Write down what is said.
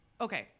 okay